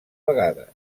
vegades